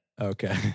Okay